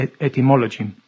etymology